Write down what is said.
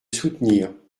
soutenir